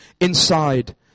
inside